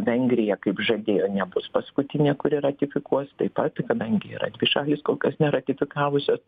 vengrija kaip žadėjo nebus paskutinė kuri ratifikuos taip pat kadangi yra dvi šalys kol kas neratifikavusio